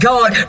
God